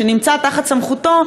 שנמצא תחת סמכותו,